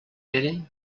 pere